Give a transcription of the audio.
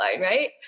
right